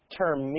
term